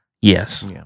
Yes